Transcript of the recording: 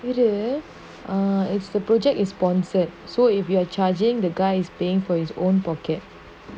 you know the uh it's the project is sponsored so if you are charging the guy is paying for his own pocket